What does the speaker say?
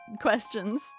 questions